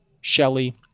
Shelley